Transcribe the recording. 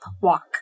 walk